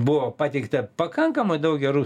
buvo pateikta pakankamai daug gerų